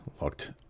looked